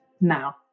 now